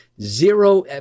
Zero